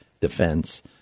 defense